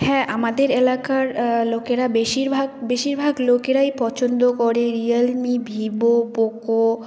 হ্যাঁ আমাদের এলাকার লোকেরা বেশিরভাগ বেশিরভাগ লোকেরাই পছন্দ করে রিয়েলমি ভিভো পোকো